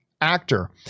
actor